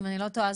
אם אני לא טועה,